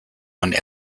one